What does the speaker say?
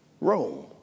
Rome